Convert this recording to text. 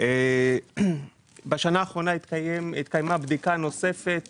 בשנה האחרונה התקיימה בדיקה נוספת